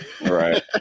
Right